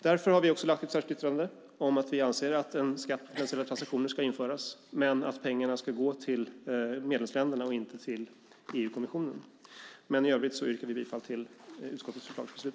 Därför har vi lagt ett särskilt yttrande om att vi anser att en skatt på finansiella transaktioner ska införas men att pengarna ska gå till medlemsländerna och inte till EU-kommissionen. I övrigt yrkar jag bifall till utskottets förslag till beslut.